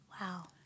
Wow